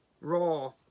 raw